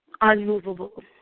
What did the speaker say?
unmovable